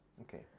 Okay